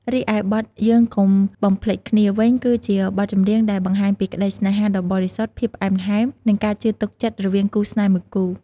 រីឯបទ យើងកុំបំភ្លេចគ្នា វិញ គឺជាបទចម្រៀងដែលបង្ហាញពីក្តីស្នេហាដ៏បរិសុទ្ធ ភាពផ្អែមល្ហែម និងការជឿទុកចិត្តរវាងគូស្នេហ៍មួយគូ។